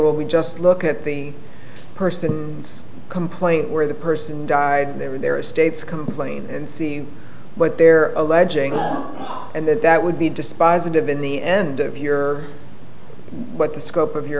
well we just look at the person complaint where the person died there are states complain and see what they're alleging and that that would be dispositive in the end of your what the scope of your